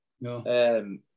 No